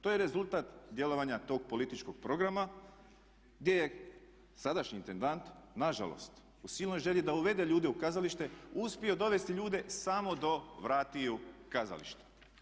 To je rezultat djelovanja tog političkog programa gdje je sadašnji intendant nažalost u silnoj želji da uvede ljude u kazalište uspio dovesti ljude samo do vrata kazališta.